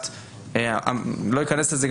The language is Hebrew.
אני לא אכנס לזה.